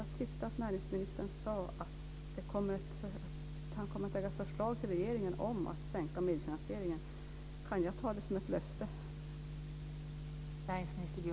Jag tyckte att näringsministern sade att han kommer att lägga fram förslag till regeringen om att sänka medfinansieringskravet. Kan jag ta det som ett löfte?